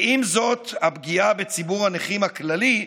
ואם זאת הפגיעה בציבור הנכים הכללי,